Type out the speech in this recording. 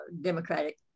Democratic